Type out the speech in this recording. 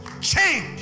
change